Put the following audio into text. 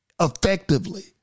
effectively